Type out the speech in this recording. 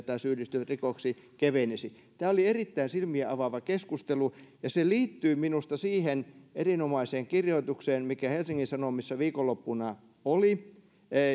tai syyllistyvät rikoksiin kevenisi tämä oli erittäin silmiä avaava keskustelu se liittyy minusta siihen erinomaiseen kirjoitukseen joka helsingin sanomissa viikonloppuna oli